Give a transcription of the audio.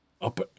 Up